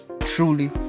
Truly